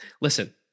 Listen